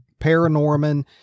Paranorman